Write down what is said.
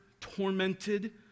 tormented